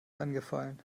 angefallen